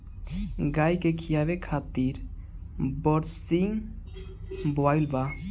गाई के खियावे खातिर बरसिंग बोआइल बा